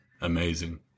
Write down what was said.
amazing